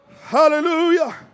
Hallelujah